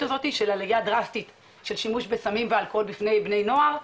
הזאת של עלייה דרסטית של שימוש בסמים ואלכוהול בידי בני נוער.